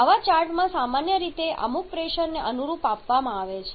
આવા ચાર્ટ સામાન્ય રીતે અમુક પ્રેશરને અનુરૂપ આપવામાં આવે છે